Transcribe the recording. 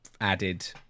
added